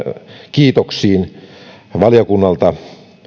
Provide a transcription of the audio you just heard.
kiitoksiin valiokunnalta ja